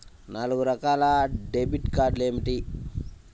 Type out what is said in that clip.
నాలుగు రకాల డెబిట్ కార్డులు ఏమిటి?